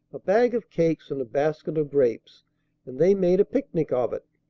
a bag of cakes and a basket of grapes and they made a picnic of it.